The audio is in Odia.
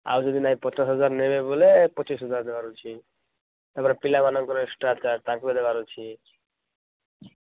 ଆଉ ଯଦି ନାଇଁ ପଚାଶ ନେବେ ବୋଲେ ପଚିଶି ହଜାର ଦେବାର ଅଛି ତାପରେ ପିଲାମାନଙ୍କର ଏକ୍ସଟ୍ରା ଚାର୍ଜ ତାଙ୍କୁ ବି ଦେବାର ଅଛି